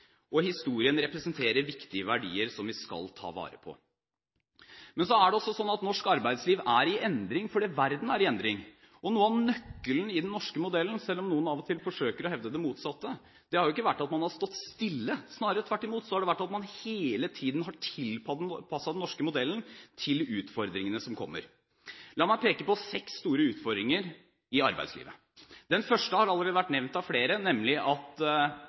og historien representerer viktige verdier som vi skal ta vare på. Men det er også slik at norsk arbeidsliv er i endring fordi verden er i endring. Noe av nøkkelen i den norske modellen – selv om noen av og til forsøker å hevde det motsatte – har ikke vært at man har stått stille, snarere tvert imot har det vært slik at man hele tiden har tilpasset den norske modellen til utfordringene som kommer. La meg peke på seks store utfordringer i arbeidslivet. Den første har allerede vært nevnt av flere, nemlig at